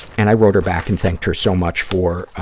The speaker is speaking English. and i wrote her back and thanked her so much for